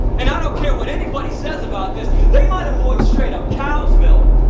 and i don't care what anybody says about this, they might avoid straight up cows milk.